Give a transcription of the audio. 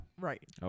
Right